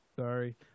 Sorry